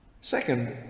Second